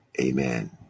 amen